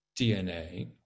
DNA